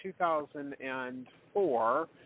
2004